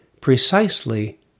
precisely